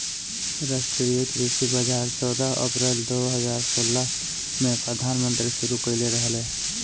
राष्ट्रीय कृषि बाजार चौदह अप्रैल दो हज़ार सोलह में प्रधानमंत्री शुरू कईले रहले